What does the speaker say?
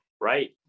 right